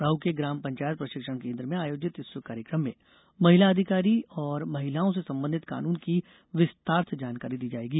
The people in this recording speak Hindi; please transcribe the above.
राऊ के ग्राम पंचायत प्रशिक्षण केन्द्र में आयोजित इस कार्यक्रम में महिला अधिकारों और महिलाओं से संबंधित कानुन की विस्तार से जानकारी दी जाएगी